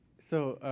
so